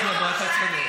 כשהמשיח יבוא, אתה צודק.